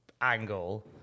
angle